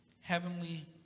heavenly